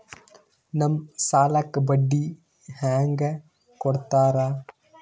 ನಮ್ ಸಾಲಕ್ ಬಡ್ಡಿ ಹ್ಯಾಂಗ ಕೊಡ್ತಾರ?